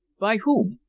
by whom?